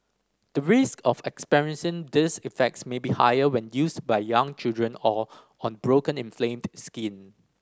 the risk of experiencing these effects may be higher when used by young children or on broken inflamed skin